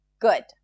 good